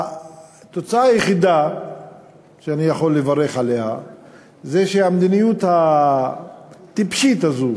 התוצאה היחידה שאני יכול לברך עליה היא שהמדיניות הטיפשית הזאת,